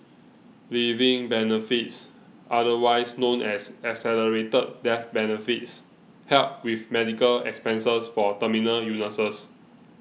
living benefits otherwise known as accelerated death benefits help with medical expenses for terminal illnesses